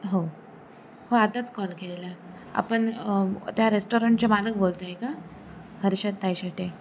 हो हो आताच कॉल केलेला आपण त्या रेस्टॉरंटचे मालक बोलत आहे का हर्षद तायशेटे